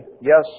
yes